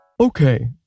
Okay